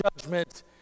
judgment